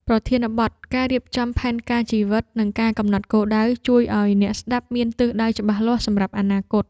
ប្រធានបទ ការរៀបចំផែនការជីវិត និងការកំណត់គោលដៅ ជួយឱ្យអ្នកស្ដាប់មានទិសដៅច្បាស់លាស់សម្រាប់អនាគត។